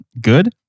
good